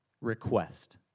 request